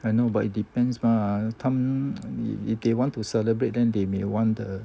I know but it depends mah 他们 if they want to celebrate then they may want the